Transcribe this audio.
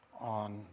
on